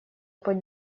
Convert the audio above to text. под